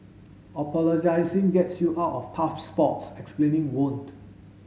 apologising gets you out of tough spots explaining won't